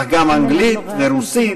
אך גם אנגלית ורוסית,